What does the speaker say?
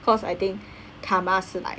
cause I think karma 是 like